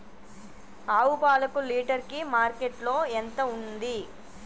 ఆవు పాలకు లీటర్ కి మార్కెట్ లో ఎంత ఉంది?